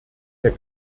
der